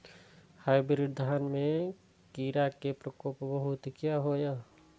Hybrid धान में कीरा के प्रकोप बहुत किया होया?